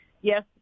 yes